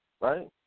right